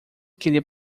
queria